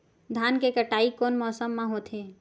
धान के कटाई कोन मौसम मा होथे?